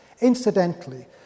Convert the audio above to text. incidentally